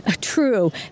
True